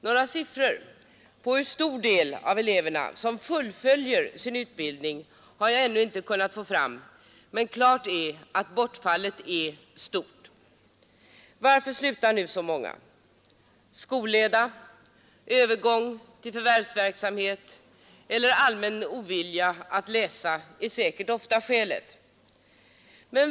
Några siffror på hur många av eleverna som fullföljer sin utbildning har jag ännu inte fått fram, men klart är att bortfallet är stort. Varför slutar nu så många? Skolleda, övergång till förvärvsverksamhet eller allmän ovilja att läsa är säkert ofta skälet.